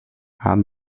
haben